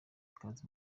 ikaze